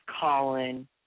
Colin